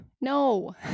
No